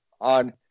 on